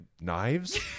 knives